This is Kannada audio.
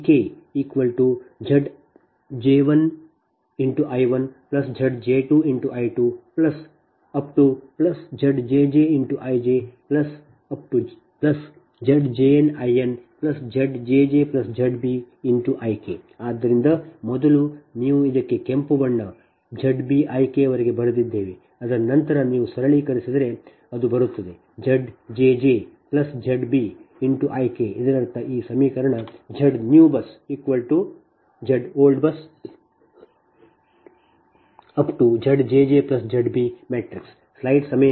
ಆದ್ದರಿಂದ ಮೊದಲು ನಾವು ಇದಕ್ಕೆ ಕೆಂಪು ಬಣ್ಣ Z b I k ವರೆಗೆ ಬರೆದಿದ್ದೇವೆ ಅದರ ನಂತರ ನೀವು ಸರಳೀಕರಿಸಿದರೆ ಅದು ಬರುತ್ತದೆ Z jj Z b I k ಇದರರ್ಥ ಈ ಸಮೀಕರಣ ZBUSNEWZBUSOLD Z1j Zj1 Zj2 Znj ZjjZb